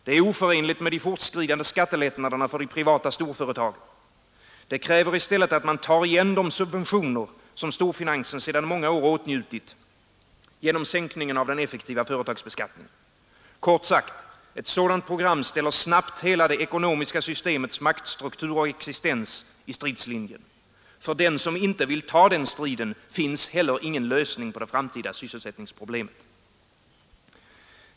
Det är oförenligt med de fortskridande skattelättnaderna för de privata storföretagen. Det kräver i stället att man tar igen de subventioner som storfinansen sedan många år åtnjutit genom sänkningen av den effektiva företagsbeskattningen. Kort sagt — ett sådant program ställer snabbt hela det ekonomiska systemets maktstruktur och existens i stridslinjen. För den som inte vill ta den striden finns heller ingen lösning på det framtida sysselsättningsproblemet.